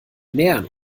nähern